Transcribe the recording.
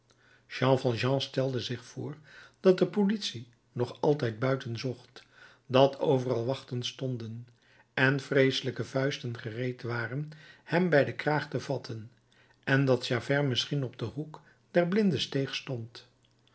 jean valjean stelde zich voor dat de politie nog altijd buiten zocht dat overal wachten stonden en vreeselijke vuisten gereed waren hem bij den kraag te vatten en dat javert misschien op den hoek der blinde steeg stond